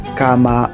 kama